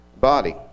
body